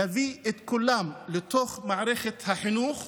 להביא את כולם לתוך מערכת החינוך,